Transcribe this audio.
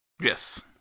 yes